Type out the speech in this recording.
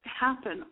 happen